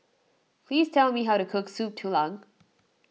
please tell me how to cook Soup Tulang